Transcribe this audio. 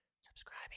Subscribing